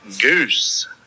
Goose